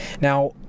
Now